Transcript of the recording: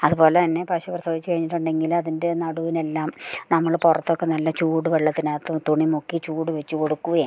അതു പോലെ തന്നെ പശു പ്രസവിച്ചു കഴിഞ്ഞിട്ടുണ്ടെങ്കിലതിൻ്റെ നടുവിനെല്ലാം നമ്മൾ പുറത്തൊക്കെ നല്ല ചൂട് വെള്ളത്തിനകത്ത് തുണി മുക്കി ചൂട് വെച്ചു കൊടുക്കുകയും